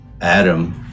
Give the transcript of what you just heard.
Adam